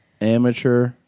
amateur